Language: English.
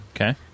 Okay